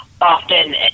often